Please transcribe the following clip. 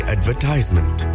Advertisement